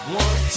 one